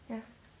ya